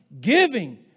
giving